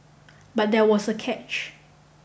but there was a catch